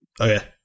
Okay